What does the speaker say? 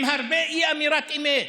עם הרבה אי-אמירת אמת.